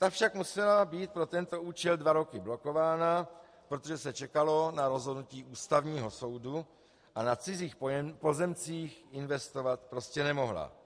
Ta však musela být pro tento účel dva roky blokována, protože se čekalo na rozhodnutí Ústavního soudu a na cizích pozemcích investovat prostě nemohla.